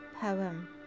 poem